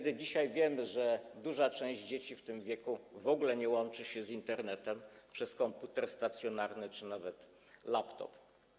Dzisiaj wiemy, że duża część dzieci w tym wieku w ogóle nie łączy się z internatem przez komputer stacjonarny czy nawet laptop.